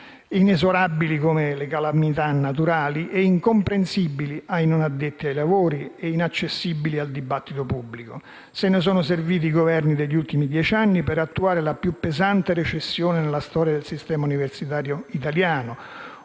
inesorabili come le calamità naturali, incomprensibili ai non addetti ai lavori e inaccessibili al dibattito pubblico. Se ne sono serviti i Governi degli ultimi dieci anni per attuare la più pesante recessione nella storia del sistema universitario italiano,